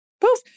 poof